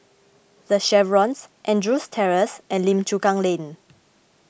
the Chevrons Andrews Terrace and Lim Chu Kang Lane